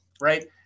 Right